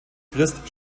christ